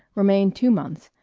remained two months,